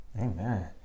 Amen